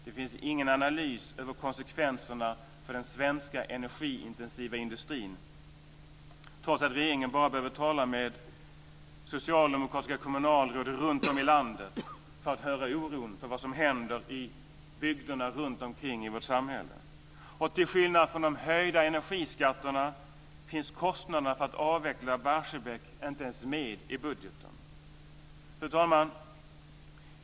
Det finns ingen analys över konsekvenserna för den svenska energiintensiva industrin, trots att regeringen bara behöver tala med socialdemokratiska kommunalråd runt om i landet för att höra oron för vad som händer i bygderna runt omkring i vårt samhälle. Och till skillnad från de höjda energiskatterna finns kostnaderna för att avveckla Barsebäck inte ens med i budgeten. Fru talman!